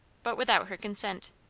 but without her consent.